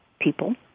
people